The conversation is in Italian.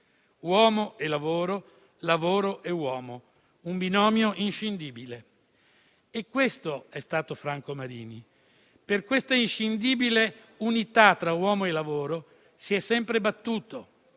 Uomo e lavoro; lavoro e uomo: un binomio inscindibile. Questo è stato Franco Marini. Per questa inscindibile unità tra uomo e lavoro si è sempre battuto,